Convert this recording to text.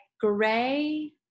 gray